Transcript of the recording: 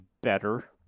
better